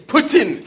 Putin